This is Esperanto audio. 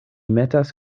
metas